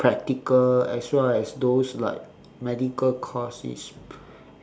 practical as well as those like medical course it's